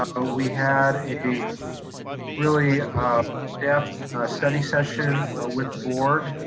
ah we had a really in-depth study session with the board,